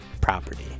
property